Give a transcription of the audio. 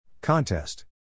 Contest